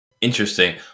Interesting